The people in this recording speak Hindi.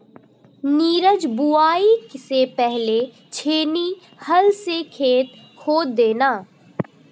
नीरज बुवाई से पहले छेनी हल से खेत खोद देना